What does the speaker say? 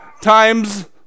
times